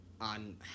on